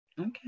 okay